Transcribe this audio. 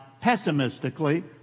pessimistically